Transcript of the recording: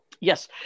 Yes